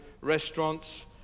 restaurants